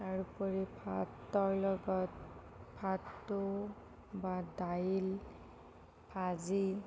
তাৰোপৰি ভাতৰ লগত ভাতটো বা দাইল ভাজি